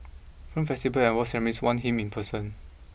film festivals andawards ceremonies want him in person